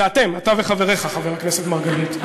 זה אתם, אתה וחבריך, חבר הכנסת מרגלית.